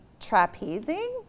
trapezing